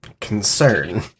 Concern